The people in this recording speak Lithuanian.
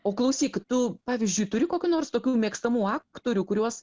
o klausyk tu pavyzdžiui turi kokių nors tokių mėgstamų aktorių kuriuos